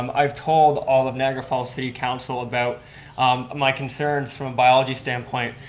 um i've told all of niagara falls city council about my concerns from a biology standpoint,